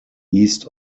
east